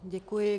Děkuji.